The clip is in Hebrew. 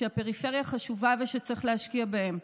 שהפריפריה חשובה וצריך להשקיע בהם.